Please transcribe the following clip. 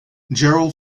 gerald